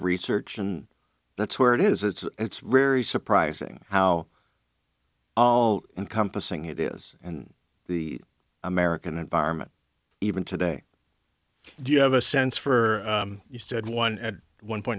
research and that's where it is it's very surprising how all encompassing it is and the american environment even today do you have a sense for you said one at one point